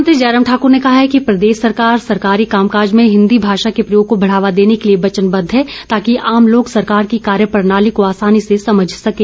मुख्यमंत्री जयराम ठाक्र ने कहा है कि प्रदेश सरकार सरकारी कामकाज में हिंदी भाषा के प्रयोग को बढ़ावा देने के लिए वचनबद्व है ताकि आम लोग सरकार की कार्यप्रणाली को आसानी से समझ सकें